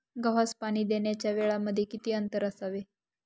गव्हास पाणी देण्याच्या वेळांमध्ये किती अंतर असावे?